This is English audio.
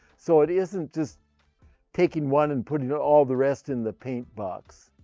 so it isn't just taking one and putting all the rest in the paintbox.